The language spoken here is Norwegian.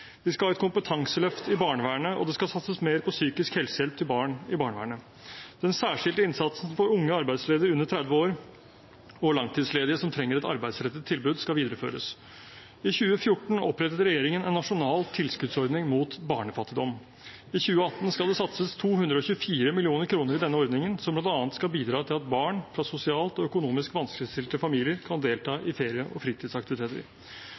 Vi skal ha et kompetanseløft i barnevernet, og det skal satses mer på psykisk-helse-hjelp til barn i barnevernet. Den særskilte innsatsen for unge arbeidsledige under 30 år og langtidsledige som trenger et arbeidsrettet tilbud, skal videreføres. I 2014 opprettet regjeringen en nasjonal tilskuddsordning mot barnefattigdom. I 2018 skal det satses 224 mill. kr i denne ordningen som bl.a. skal bidra til at barn fra sosialt og økonomisk vanskeligstilte familier kan delta i ferie- og fritidsaktiviteter.